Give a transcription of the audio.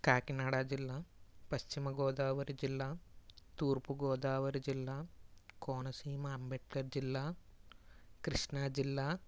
కాకినాడ జిల్లా పశ్చిమ గోదావరి జిల్లా తూర్పు గోదావరి జిల్లా కోన సీమ అంబేద్కర్ జిల్లా క్రిష్ణా జిల్లా